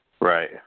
Right